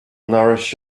nourish